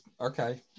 Okay